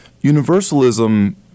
Universalism